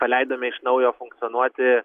paleidome iš naujo funkcionuoti